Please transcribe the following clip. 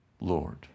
Lord